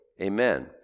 Amen